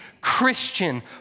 Christian